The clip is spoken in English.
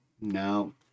No